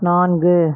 நான்கு